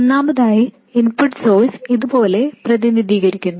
ഒന്നാമതായി input source ഇതുപോലെ പ്രതിനിധീകരിക്കുന്നു